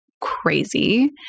crazy